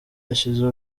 hashinzwe